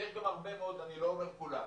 ויש גם הרבה מאוד, אני לא אומר כולם,